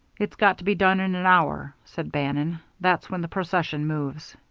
it's got to be done in an hour, said bannon. that's when the procession moves,